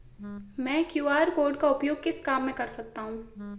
मैं QR code का उपयोग किस काम में कर सकता हूं?